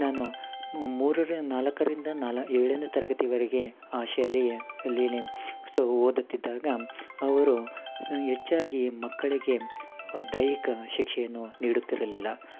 ನಾನು ಮೂರರೆ ನಾಲ್ಕರಿಂದ ನಾಲ ಏಳನೆ ತರಗತಿವರೆಗೆ ಆ ಶಾಲೆಯ ಲೀಲೆ ಸೊ ಓದುತ್ತಿದ್ದಾಗ ಅವರು ಸ ಹೆಚ್ಚಾಗಿ ಮಕ್ಕಳಿಗೆ ದೈಹಿಕ ಶಿಕ್ಷೆಯನ್ನು ನೀಡುತ್ತಿರಲಿಲ್ಲ